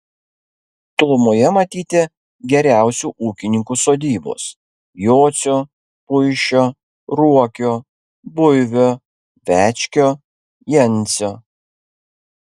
tolumoje matyti geriausių ūkininkų sodybos jocio puišio ruokio buivio večkio jancio